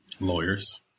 Lawyers